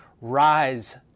rise